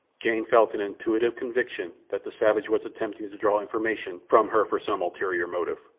jane felt an intuitive conviction that the savage was attempting to draw information from her for some ulterior motive.